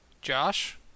Josh